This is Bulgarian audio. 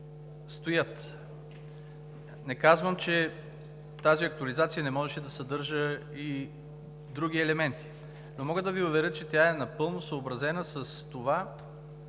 Не казвам, че тази актуализация не можеше да съдържа и други елементи, но мога да Ви уверя, че тя е напълно съобразена с това